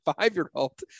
five-year-old